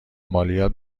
مالیات